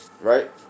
right